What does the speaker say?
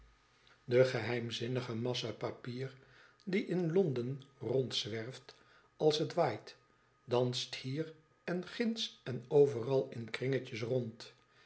de geheimzinnige massa papier die in londen rondzwerft als het waait danste hier en ginds en overal in kringetjes rond